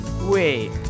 Wait